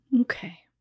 Okay